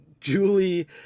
Julie